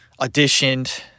Auditioned